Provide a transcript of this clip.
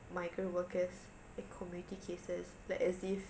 migrant workers and community cases like as if